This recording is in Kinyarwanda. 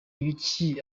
ibiki